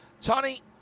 Tony